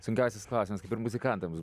sunkiausias klausimas kaip ir muzikantams